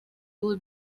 было